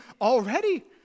already